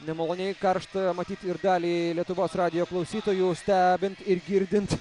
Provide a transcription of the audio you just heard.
nemaloniai karšta matyt ir gali lietuvos radijo klausytojų stebint ir girdint